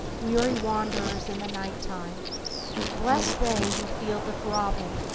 weary wanderers in the night-time blessed they who feel the throbbing,